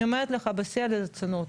אני אומרת לך בשיא הרצינות,